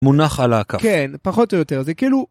מונח על הכף. כן, פחות או יותר זה כאילו...